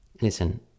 Listen